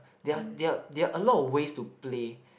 there are there are there are a lot of ways to play